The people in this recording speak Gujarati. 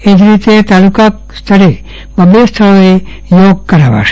તેવી જ રીતે તાલુકા સ્તરે બે સ્થળોએ યોગ કરાવાશે